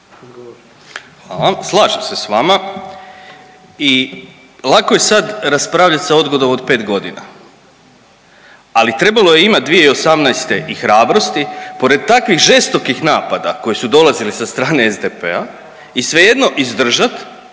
Hvala, slažem se s vama i lako je sad raspravljati sa odgodom od 5 godina, ali trebalo je imati 2018. i hrabrosti pored takvih žestokih napada koji su dolazi sa strane SDP-a i svejedno izdržati